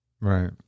Right